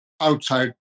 outside